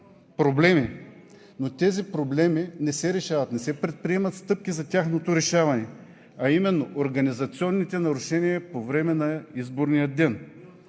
проблеми, но тези проблеми не се решават, не се предприемат стъпки за тяхното решаване, а именно организационните нарушения по време на изборния ден,